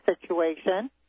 situation